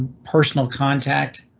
personal contact.